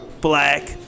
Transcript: Black